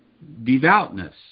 devoutness